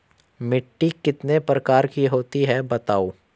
मिट्टी कितने प्रकार की होती हैं बताओ?